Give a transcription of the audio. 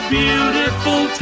beautiful